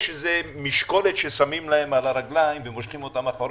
יש משקולת ששמים להם על הרגליים ומושכים אותם אחורה